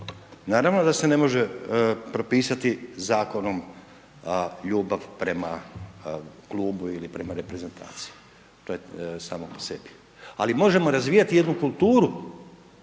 Naravno da se ne može propisati zakonom ljubav prema klubu ili prema reprezentaciji, to je samo po sebi. Ali možemo razvijati jednu kulturu